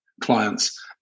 clients